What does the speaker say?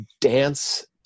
dance